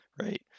right